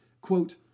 Quote